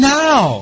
now